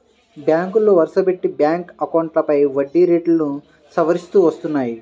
బ్యాంకులు వరుసపెట్టి బ్యాంక్ అకౌంట్లపై వడ్డీ రేట్లను సవరిస్తూ వస్తున్నాయి